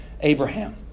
Abraham